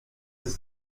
ist